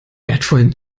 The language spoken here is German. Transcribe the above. wertvollen